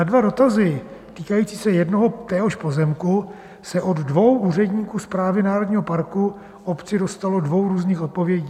Na dva dotazy týkající se jednoho téhož pozemku se od dvou úředníků Správy národního parku obci dostalo dvou různých odpovědí.